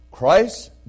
Christ